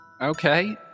Okay